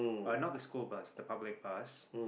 I know the school bus the public bus